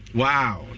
wow